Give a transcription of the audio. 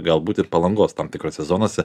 galbūt ir palangos tam tikrose zonose